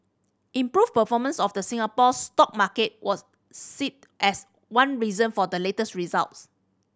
improved performance of the Singapore stock market was as one reason for the latest results